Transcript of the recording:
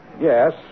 Yes